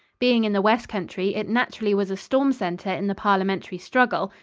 being in the west country, it naturally was a storm-center in the parliamentary struggle,